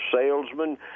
salesman